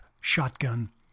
shotgun